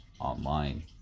online